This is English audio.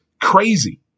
crazy